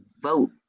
vote